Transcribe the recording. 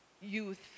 youth